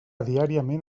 diàriament